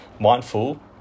mindful